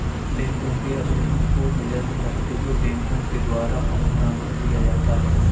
बैंकों के उसूलों को नजर में रखते हुए बैंकों के द्वारा फंड ट्रांस्फर किया जाता है